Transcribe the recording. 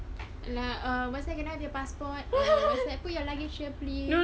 like err what's that can I have your passport err lepas that put your luggage here please